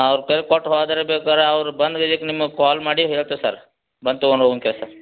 ಅವ್ರ ಕೈಗೆ ಕೊಟ್ಟು ಹೋದ್ರೆ ಬೇಕಾದ್ರೆ ಅವ್ರು ಬಂದು ನಿಮಗೆ ಕಾಲ್ ಮಾಡಿ ಹೇಳ್ತೇವೆ ಸರ್ ಬಂದು ತೊಗೊಂಡು ಹೋಗುವಂತೆ ಸರ್